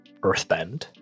earthbend